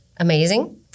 Amazing